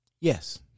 Yes